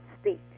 speak